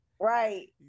Right